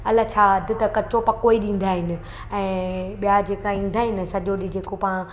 अलाए छा अध त कचो पको ई ॾींदा आहिनि ऐं ॿिया जेका ईंदा आहिनि सॼो ॾींहुं जेको पा